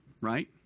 right